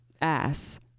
ass